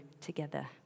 together